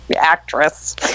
actress